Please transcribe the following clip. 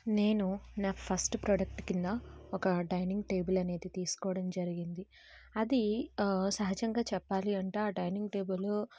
నేను నా first product కింద ఒక డైనింగ్ టేబుల్ అనేది తీసుకోవడం జరిగింది అది సహజంగా చెప్పాలి అంటే ఆ డైనింగ్ టేబుల్